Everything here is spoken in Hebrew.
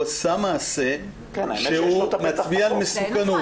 הוא עשה מעשה שמצביע על מסוכנות.